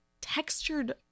textured